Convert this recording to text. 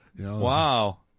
Wow